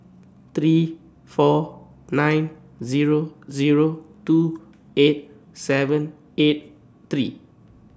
three four nine Zero Zero two eight seven eight three